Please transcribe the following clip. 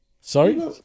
Sorry